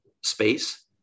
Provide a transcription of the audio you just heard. space